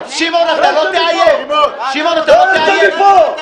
לא אצא פה.